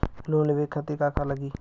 Loan लेवे खातीर का का लगी?